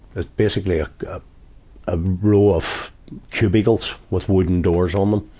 ah, basically a ah row of cubicles with wooden doors on them.